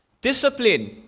Discipline